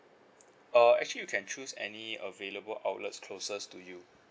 uh actually you can choose any available outlets closest to you